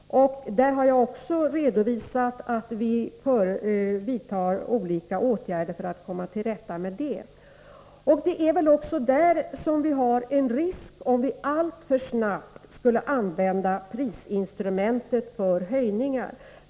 Jag har redovisat att vi vidtar olika åtgärder för att komma till rätta med detta. Det är väl också där vi har en risk, om vi alltför snabbt skulle använda prisinstrumentet genom höjningar.